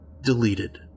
Deleted